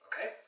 okay